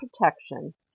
protection